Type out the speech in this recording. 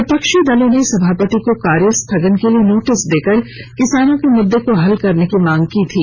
विपक्षी दलों ने सभापति को कार्य स्थगन के लिए नोटिस देकर किसानों के मुद्दे को हल करने की मांग की थी